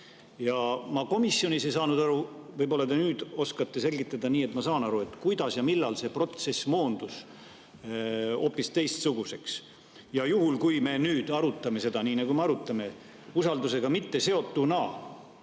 Ma komisjonis ei saanud aru, võib-olla te nüüd oskate selgitada nii, et ma saan aru, kuidas ja millal see protsess moondus hoopis teistsuguseks. Juhul kui me arutame seda nüüd nii, nagu me arutame, usaldusega mitteseotuna,